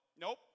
nope